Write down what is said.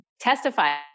testify